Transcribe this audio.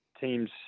teams